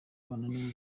bananiwe